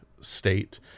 state